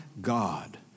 God